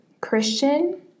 Christian